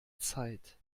zeit